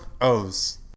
O's